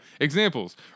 Examples